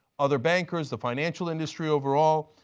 other bankers, the financial industry overall,